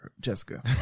jessica